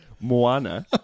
Moana